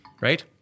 right